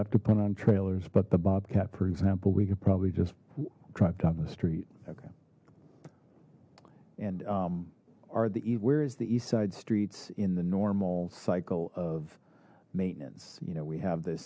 have to put on trailers but the bobcat for example we could probably just drive down the street okay and are the eve where is the east side streets in the normal cycle of maintenance you know we have th